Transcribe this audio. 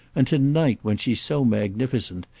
and to-night, when she's so magnificent,